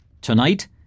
Tonight